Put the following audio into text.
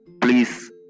please